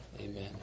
Amen